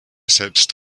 selbst